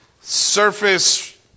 surface